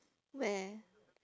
where